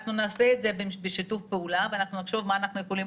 אנחנו נעשה את זה בשיתוף פעולה ונחשוב מה אנחנו יכולים